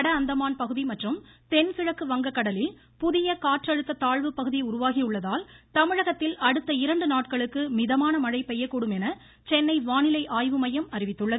வட அந்தமான் பகுதி மற்றும் தென்கிழக்கு வங்கக்கடலில் புதிய காற்றழுத்த தாழ்வுப்பகுதி உருவாகியுள்ளதால் தமிழகத்தில் அடுத்த இரண்டு நாட்களுக்கு மிதமான மழை பெய்யக்கூடும் என சென்னை வானிலை ஆய்வுமையம் அறிவித்துள்ளது